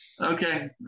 Okay